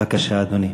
בבקשה, אדוני.